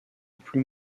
plus